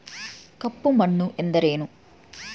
ಕಪ್ಪು ಮಣ್ಣು ಎಂದರೇನು?